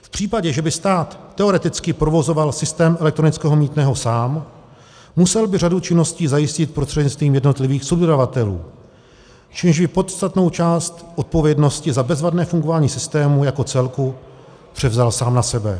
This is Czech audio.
V případě, že by stát teoreticky provozoval systém elektronického mýtného sám, musel by řadu činností zajistit prostřednictvím jednotlivých subdodavatelů, čímž by podstatnou část odpovědnosti za bezvadné fungování systému jako celku převzal sám na sebe.